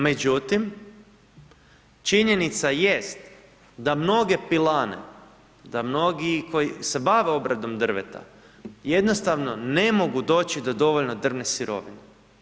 Međutim, činjenica jest da mnoge pilane, da mnogi koji se bave obradom drveta jednostavno ne mogu doći do dovoljno drvne sirovine.